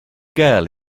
girl